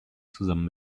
zusammen